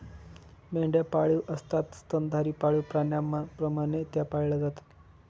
मेंढ्या पाळीव असतात स्तनधारी पाळीव प्राण्यांप्रमाणे त्या पाळल्या जातात